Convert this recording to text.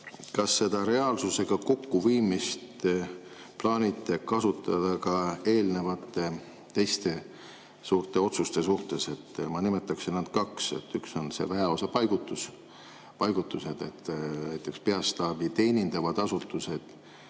Kas te seda reaalsusega kokkuviimist plaanite kasutada ka eelnevate teiste suurte otsuste suhtes? Ma nimetaksin ainult kahte. Üks on väeosa paigutus. Näiteks peastaapi teenindavad asutused,